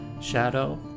shadow